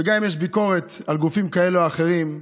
וגם אם יש ביקורת על גופים כאלה ואחרים,